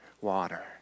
water